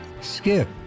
skip